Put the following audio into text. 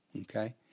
okay